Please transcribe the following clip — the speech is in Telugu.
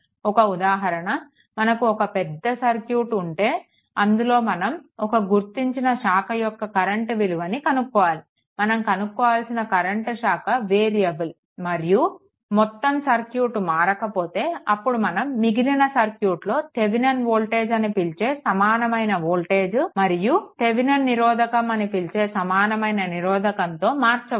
ఒక ఉదాహరణ మనకు ఒక పెద్ద సర్క్యూట్ ఉంటే అందులో మనం ఒక గుర్తించిన శాఖ యొక్క కరెంట్ విలువని కనుక్కోవాలి మనం కనుక్కోవాల్సిన కరెంట్ శాఖ వేరియబుల్ మరియు మొత్తం సర్క్యూట్ మారకపోతే అప్పుడు మనం మిగిలిన సర్క్యూట్ లో థెవెనిన్ వోల్టేజ్ అని పిలిచే సమానమైన వోల్టేజ్ మరియు థెవెనిన్ నిరోధకం అని పిలిచే సమానమైన నిరోధకంతో మార్చవచ్చు